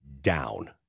Down